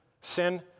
sin